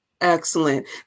excellent